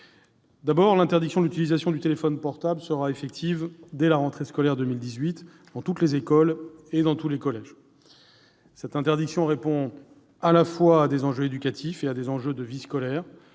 L'interdiction de l'utilisation du téléphone portable sera effective dès la rentrée scolaire 2018 dans toutes les écoles et dans tous les collèges. Cette interdiction répond, à la fois, à des enjeux éducatifs et à des enjeux de vie scolaire.